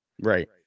Right